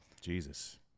Jesus